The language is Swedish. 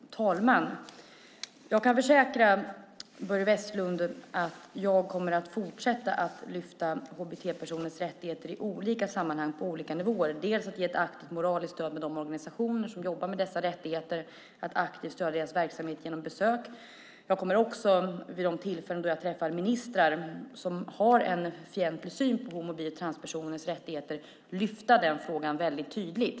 Fru talman! Jag kan försäkra Börje Vestlund att jag i olika sammanhang och på olika nivåer kommer att fortsätta att lyfta upp hbt-personers rättigheter. Det gäller att ge ett aktivt moraliskt stöd till de organisationer som jobbar med dessa rättigheter, att aktivt stödja deras verksamhet genom besök. Jag kommer också att vid de tillfällen då jag träffar ministrar som har en fientlig syn på rättigheterna för homo och bisexuella samt transpersoner lyfta upp frågan mycket tydligt.